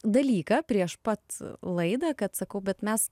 dalyką prieš pat laidą kad sakau bet mes